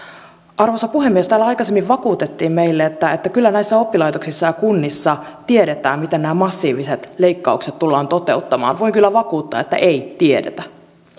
arvoisa puhemies täällä aikaisemmin vakuutettiin meille että että kyllä näissä oppilaitoksissa ja kunnissa tiedetään miten nämä massiiviset leikkaukset tullaan toteuttamaan voin kyllä vakuuttaa että ei tiedetä